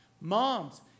Moms